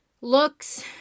looks